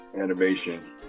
animation